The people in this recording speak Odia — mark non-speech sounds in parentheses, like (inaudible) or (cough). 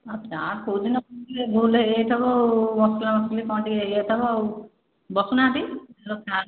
ହଁ ଚାଟ୍ କେଉଁଦିନ (unintelligible) ଭୁଲ୍ ହେଇଯାଇଥିବ ମସଲା ମସଲି କ'ଣ ଟିକେ ହେଇଯାଇଥିବ ବସୁନାହାଁନ୍ତି